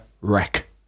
Wreck